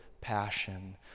passion